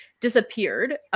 disappeared